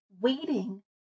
waiting